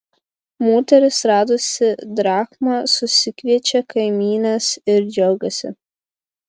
moteris radusi drachmą susikviečia kaimynes ir džiaugiasi